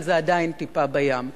אבל זה עדיין טיפה בים.